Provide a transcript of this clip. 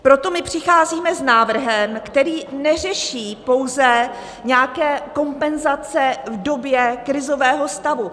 Proto přicházíme s návrhem, který neřeší pouze nějaké kompenzace v době krizového stavu.